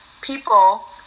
people